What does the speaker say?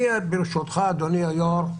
ברשותך, אדוני היושב-ראש,